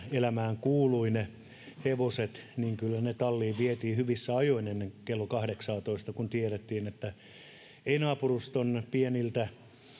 elämään vielä kuuluivat hevoset niin kyllä ne talliin vietiin hyvissä ajoin ennen kello kahdeksaatoista kun tiedettiin että ei naapuruston pieniltä